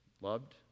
loved